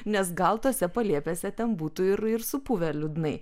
nes gal tose palėpėse ten būtų ir ir supuvę liūdnai